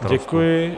Děkuji.